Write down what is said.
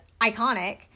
iconic